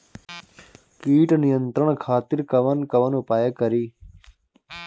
कीट नियंत्रण खातिर कवन कवन उपाय करी?